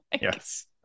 Yes